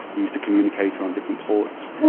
used to communicate around different ports.